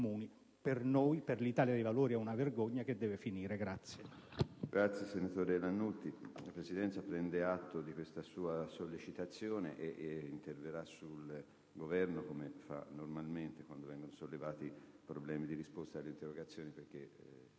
Per noi, per l'Italia dei Valori, è una vergogna che deve finire.